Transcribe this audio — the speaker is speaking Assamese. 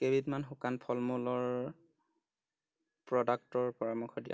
কেইবিধমান শুকান ফল মূলৰ প্ৰডাক্টৰ পৰামৰ্শ দিয়া